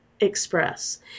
Express